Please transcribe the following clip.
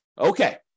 Okay